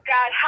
God